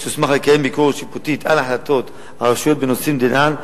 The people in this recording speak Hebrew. שתוסמך לקיים ביקורת שיפוטית על החלטות הרשויות בנושאים דנן,